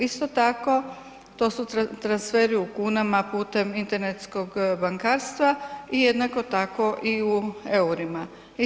Isto tako, to su transferi u kunama putem internetskog bankarstva i jednako tako i u EUR-ima.